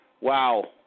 Wow